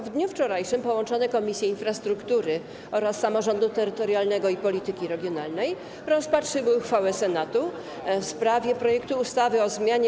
W dniu wczorajszym połączone komisje, Komisja Infrastruktury oraz Komisja Samorządu Terytorialnego i Polityki Regionalnej, rozpatrzyły uchwałę Senatu w sprawie projektu ustawy o zmianie